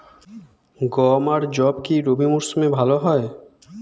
গম আর যব কি রবি মরশুমে ভালো হয়?